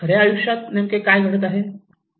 खऱ्या आयुष्यात नेमके काय घडत आहे